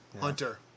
Hunter